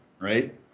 right